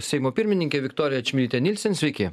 seimo pirmininkė viktorija čmilytė nielsen sveiki